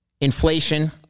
Inflation